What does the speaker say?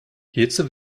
hierzu